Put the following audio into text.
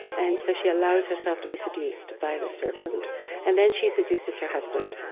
and so she allows herself to be seduced by the serpent and then she seduces her husband.